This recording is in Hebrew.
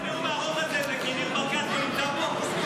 כל הנאום הארוך הזה זה כי ניר ברקת לא נמצא פה?